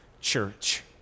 church